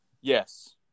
yes